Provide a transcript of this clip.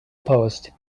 post